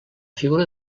figura